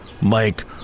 Mike